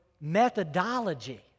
methodology